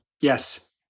Yes